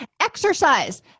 Exercise